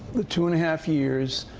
the two and a half years.